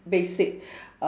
basic uh